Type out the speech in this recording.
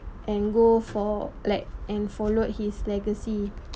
and go for like and followed his legacy